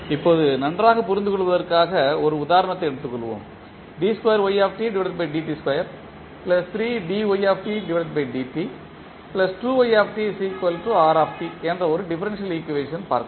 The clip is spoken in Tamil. இப்போது நன்றாக புரிந்து கொள்வதற்காக ஒரு உதாரணத்தை எடுத்துக்கொள்வோம் என்ற ஒரு டிஃபரன்ஷியல் ஈக்குவேஷன் பார்க்கலாம்